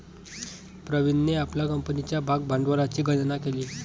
प्रवीणने आपल्या कंपनीच्या भागभांडवलाची गणना केली